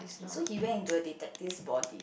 so he went into a detective's body